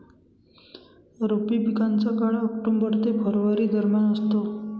रब्बी पिकांचा काळ ऑक्टोबर ते फेब्रुवारी दरम्यान असतो